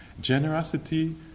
Generosity